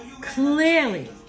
Clearly